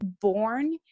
born